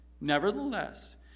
Nevertheless